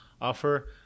offer